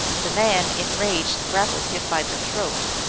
the man, enraged, grappled him by the throat,